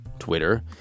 Twitter